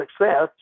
success